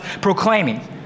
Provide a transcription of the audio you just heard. proclaiming